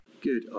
Good